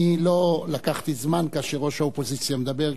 אני לא לקחתי זמן כאשר ראש האופוזיציה מדברת,